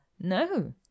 no